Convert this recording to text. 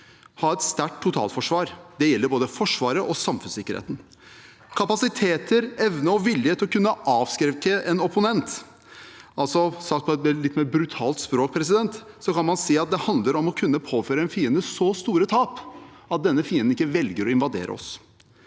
ha et sterkt totalforsvar. Det gjelder både Forsvaret og samfunnssikkerheten. Kapasiteter, evne og vilje til å kunne avskrekke en opponent – med et litt mer brutalt språk kan man si at det handler om å kunne påføre en fiende så store tap at denne fienden ikke velger å invadere oss.